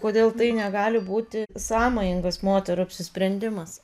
kodėl tai negali būti sąmoningas moterų apsisprendimas